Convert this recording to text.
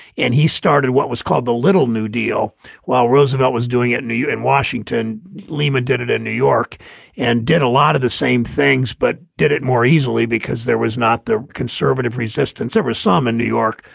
and he started what was called the little new deal while roosevelt was doing it. you in washington. lehman did it in new york and did a lot of the same things, but did it more easily because there was not the conservative resistance over some in new york,